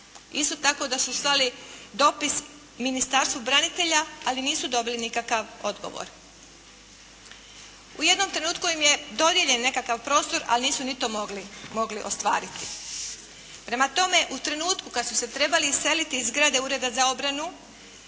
Isto tako da su slali dopis Ministarstvu branitelja, ali nisu dobili nikakav odgovor. U jednom trenutku im je dodijeljen nekakav prostor, ali nisu ni to mogli ostvariti. Prema tome, u trenutku kad su se trebali iseliti iz zgrade Ureda za obranu